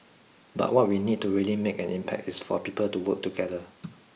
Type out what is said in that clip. but what we need to really make an impact is for people to work together